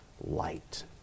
light